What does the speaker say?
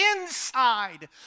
inside